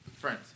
friends